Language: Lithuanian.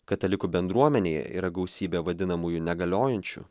katalikų bendruomenėje yra gausybė vadinamųjų negaliojančių